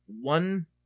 One